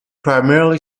primarily